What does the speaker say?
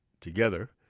together